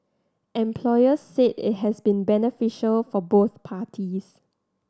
employers said it has been beneficial for both parties